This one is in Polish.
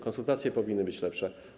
Konsultacje powinny być lepsze.